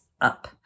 up